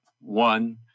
one